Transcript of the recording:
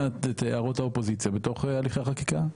את הערות האופוזיציה בתוך הליכי החקיקה,